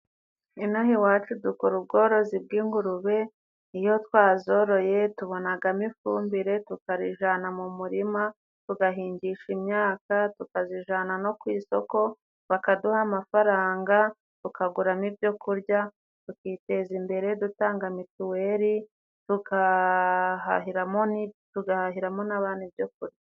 Inaha iwacu dukora ubworozi bw'ingurube, iyo twazoroye tubonagamo ifumbire tukarijana mu murima, tugahingisha imyaka, tukazijana no ku isoko, bakaduha amafaranga, tukaguramo n'ibyo kurya, tukiteza imbere dutanga mituweri, tugahahiramo n'abana ibyo kurya.